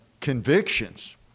convictions